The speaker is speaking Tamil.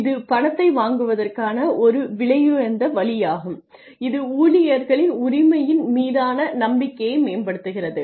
இது பணத்தை வாங்குவதற்கான ஒரு விலையுயர்ந்த வழியாகும் இது ஊழியர்களின் உரிமையின் மீதான நம்பிக்கையை மேம்படுத்துகிறது